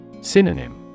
Synonym